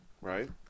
right